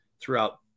throughout